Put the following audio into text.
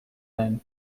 and